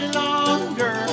longer